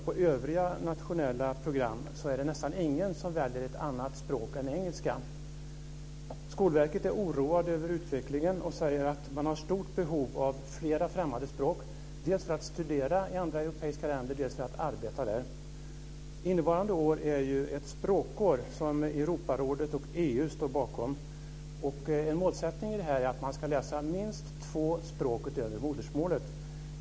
På övriga nationella program väljer nästan ingen ett annat språk än engelska. Skolverket är oroat över utvecklingen och säger att det finns ett stort behov av flera främmande språk, dels för studier i andra europeiska länder, dels för arbete där. Innevarande år är ett språkår som Europarådet och EU står bakom. Målsättningen är att man ska läsa minst två språk utöver modersmålet.